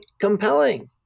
compelling